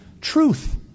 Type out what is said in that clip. truth